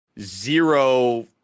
zero